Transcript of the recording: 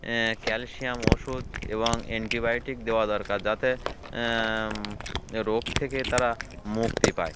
calcium ওষুধ এবং antibiotic দেওয়া দরকার যাতে রোগ থেকে তারা মুক্তি পায়